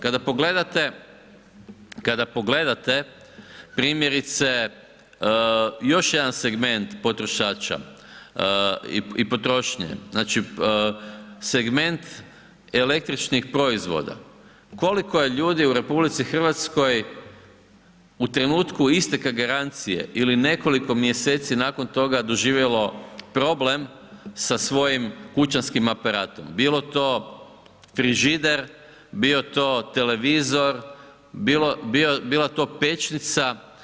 Kada pogledate primjerice još jedan segment potrošača i potrošnje, znači segment električnih proizvoda koliko je ljudi u RH u trenutku isteka garancije ili nekoliko mjeseci nakon toga doživjelo problem sa svojim kućanskim aparatom, bilo to frižider, bio to televizor, bila to pećnica.